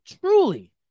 truly –